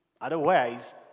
Otherwise